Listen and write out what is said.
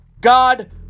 God